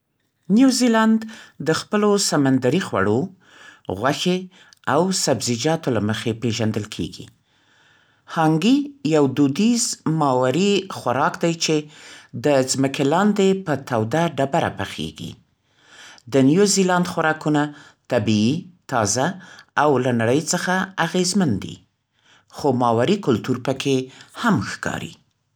نیوزیلاند د خپلو سمندري خوړو، غوښې او سبزیجاتو له مخې پېژندل کېږي. «هانګي» یو دودیز ماؤري خوراک دی چې د ځمکې لاندې په توده ډبره پخېږي. د نیوزیلاند خوراکونه طبیعي، تازه، او له نړۍ څخه اغېزمن دي. خو ماؤري کلتور پکې هم ښکاري.